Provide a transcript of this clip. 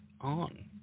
on